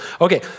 Okay